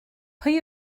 pwy